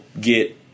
get